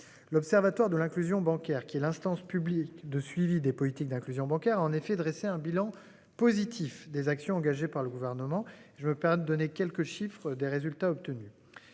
L'Observatoire de l'inclusion dedans. Qui a requis l'instance publique de suivi des politiques d'inclusion bancaire en effet dressé un bilan positif des actions engagées par le gouvernement. Je me période donner quelques chiffres des résultats obtenus.